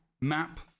Map